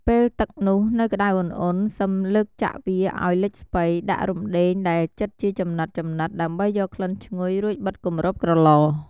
ពេលទឹកនោះនៅក្តៅអ៊ុនៗ សឹមលើកចាក់វាឱ្យលិចស្ពៃ ដាក់រំដេងដែលចិតជាចំណិតៗដើម្បីយកក្លិនឈ្ងុយ រួចបិទគម្របក្រឡ។